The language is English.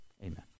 Amen